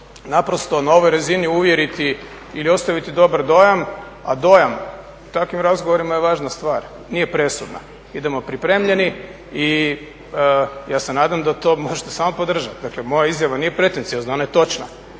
naprosto na ovoj razini uvjeriti ili ostaviti dobar dojam, a dojam u takvim razgovorima je važna stvar. Nije presudna. Idemo pripremljeni i ja se nadam da to možete samo podržati. Dakle, moja izjava nije pretenciozna, ona je točna